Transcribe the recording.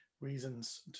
reasons